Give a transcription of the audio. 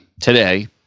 today